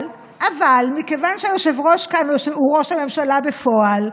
אבל מכיוון שהיושב-ראש כאן הוא ראש הממשלה בפועל,